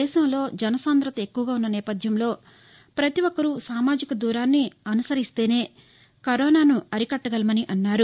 దేశంలో జనసాంధత ఎక్కువుగా ఉన్న నేపథ్యంలో పతి ఒక్కరూ సామాజిక దూరాన్ని అనుసరిస్తేనే కరోనాను అరికట్టగలమన్నారు